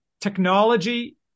technology